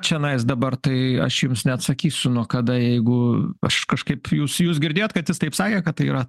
čianais dabar tai aš jums neatsakysiu nuo kada jeigu aš kažkaip jūs jūs girdėjot kad jis taip sakė kad tai yra